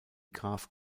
graf